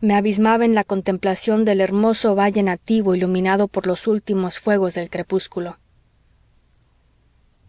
me abismaba en la contemplación del hermoso valle nativo iluminado por los últimos fuegos del crepúsculo